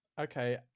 Okay